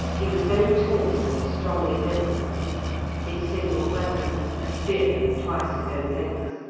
he was very tall and strongly built his single weapon, a spear of twice his own length.